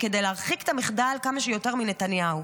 כדי להרחיק את המחדל כמה שיותר מנתניהו.